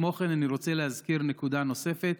כמו כן, אני רוצה להזכיר נקודה נוספת.